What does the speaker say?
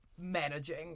managing